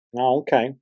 Okay